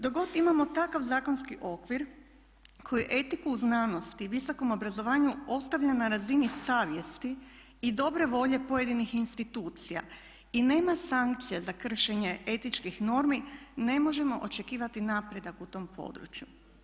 Dok god imamo takav zakonski okvir koji etiku i znanosti i visokom obrazovanju ostavlja na razini savjesti i dobre volje pojedinih institucija i nema sankcija za kršenje etičkih normi ne možemo očekivati napredak u tom području.